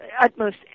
utmost